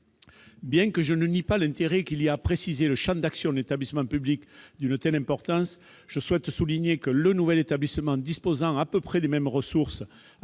Bien que je ne nie pas l'intérêt qu'il y a à préciser le champ d'action d'un établissement public d'une telle importance, je souhaite souligner que, le nouvel établissement disposant à peu près des mêmes ressources,